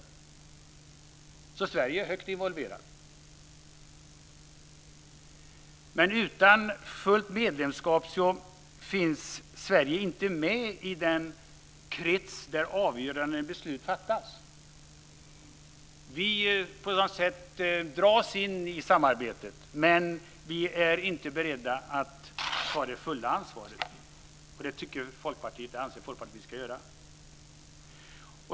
Sverige är djupt involverat. Men utan fullt medlemskap finns Sverige inte med i den krets där avgörande beslut fattas. Vi dras på något sätt in i samarbetet, men vi är inte beredda att ta det fulla ansvaret. Det anser Folkpartiet att vi ska göra.